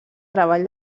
treball